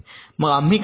मग आम्ही काय करू